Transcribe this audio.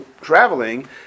traveling